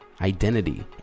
identity